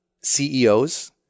CEOs